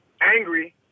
angry